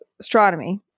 astronomy